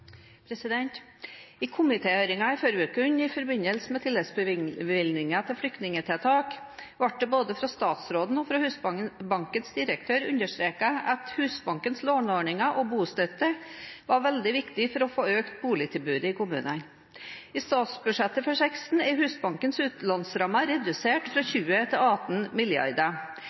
I komitéhøringen forrige uke, i forbindelse med tilleggsbevilgningen til flyktningtiltak, ble det både fra statsråden og fra Husbankens direktør understreket at Husbankens låneordninger og bostøtte var veldig viktig for å få økt boligtilbudet i kommunene. I statsbudsjettet for 2016 er Husbankens utlånsramme redusert fra